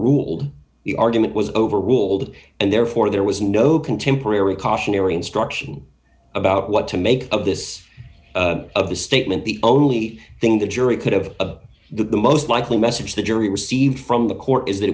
ruled the argument was overruled and therefore there was no contemporary cautionary instruction about what to make of this of the statement the only thing the jury could have of the most likely message the jury received from the court is that